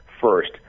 first